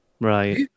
Right